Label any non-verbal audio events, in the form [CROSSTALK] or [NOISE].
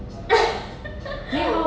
[LAUGHS]